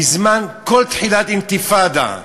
בזמן כל תחילת אינתיפאדה,